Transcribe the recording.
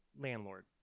landlord